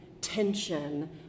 tension